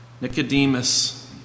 Nicodemus